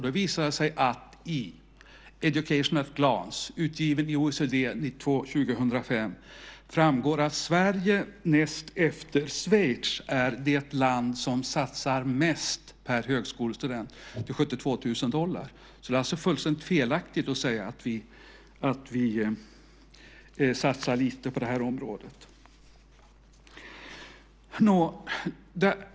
Det visade sig att det framgår av Education at a Glance , utgiven i OECD 2005, att Sverige näst efter Schweiz är det land som satsar mest per högskolestudent. Det är 72 000 dollar. Det är alltså fullständigt felaktigt att säga att vi satsar lite på det här området.